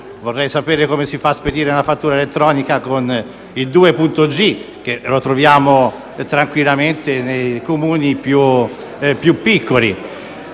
vorrei sapere come si fa a spedire una fattura elettronica con il 2G, che troviamo tranquillamente nei Comuni più piccoli.